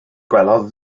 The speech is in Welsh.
gwelodd